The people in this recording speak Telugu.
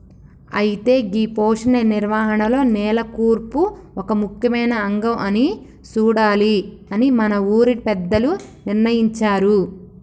అయితే గీ పోషక నిర్వహణలో నేల కూర్పు ఒక ముఖ్యమైన అంగం అని సూడాలి అని మన ఊరి పెద్దలు నిర్ణయించారు